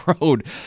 Road